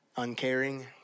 Uncaring